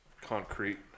concrete